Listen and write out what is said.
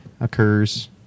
occurs